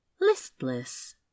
listless